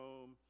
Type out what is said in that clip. home